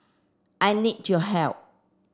I need your help